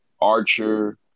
Archer